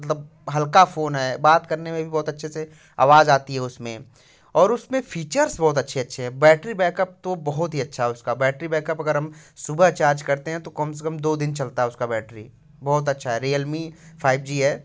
हल्का फ़ोन है बात करने में भी बहुत अच्छे से आवाज़ आती है उसमें और उसमें फ़ीचर्स बहुत अच्छे अच्छे हैं बैटरी बैकअप तो बहुत ही अच्छा उसका बैटरी बैकअप अगर हम सुबह चार्ज करते हैं तो कम से कम दो दिन चलता है उसका बैटरी बहुत अच्छा है रियलमी फाइव जी है